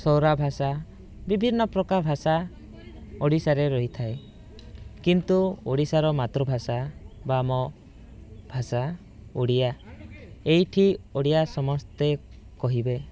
ସଉରା ଭାଷା ବିଭିନ୍ନ ପ୍ରକା ଭାଷା ଓଡ଼ିଶାରେ ରହିଥାଏ କିନ୍ତୁ ଓଡ଼ିଶାର ମାତୃଭାଷା ବା ଆମ ଭାଷା ଓଡ଼ିଆ ଏଇଠି ଓଡ଼ିଆ ସମସ୍ତେ କହିବେ